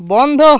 বন্ধ